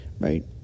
right